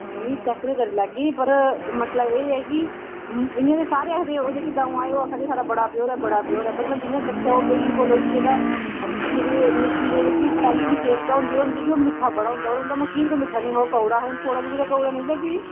नेईं चेक ते करी लैगे पर मसला एह् ऐ कि इ'यां ते सारे आखदे ओ जेह्के दाऊं आए ओह् आखै दे साढ़ा बड़ा प्योर बड़ा प्योर ऐ पर मैं जि'यां चक्खेआ ओह् बिलकुल उसी जेह्ड़ा मखीरे मखीरे जेह्की पैह्ली बशेशता होंदी ओह् होंदी के ओह् मिट्ठा बड़ा होंदा होर उं'दा मखीर ते मिट्ठा नि हा ओह् कौड़ा हा हून थोआड़ा बी कुतै कौड़ा निकलेआ फ्ही